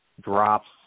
drops